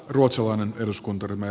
värderade talman